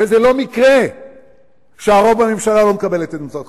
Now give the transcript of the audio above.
וזה לא מקרה שהרוב בממשלה לא מקבל את עמדתך,